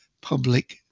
public